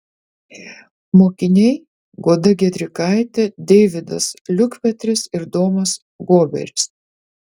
mokiniai goda giedrikaitė deividas liukpetris ir domas goberis